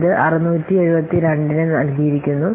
ഇത് 672 ന് നൽകിയിരിക്കുന്നു